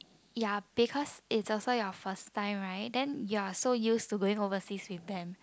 ya because it also your first time right then you are so used to going overseas with them